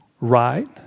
Right